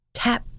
tap